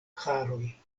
haroj